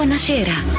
Buonasera